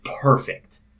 perfect